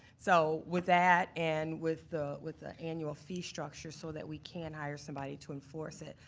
so, with that and with the with the annual fee structure, so that we can hire somebody to enforce it,